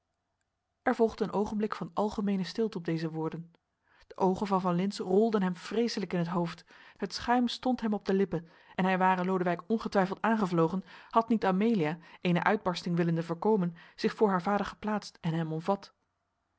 er volgde een oogenblik van algemeene stilte op deze woorden de oogen van van lintz rolden hem vreeselijk in t hoofd het schuim stond hem op de lippen en hij ware lodewijk ongetwijfeld aangevlogen had niet amelia eene uitbarsting willende voorkomen zich voor haar vader geplaatst en hem omvat